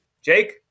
Jake